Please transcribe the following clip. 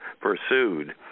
pursued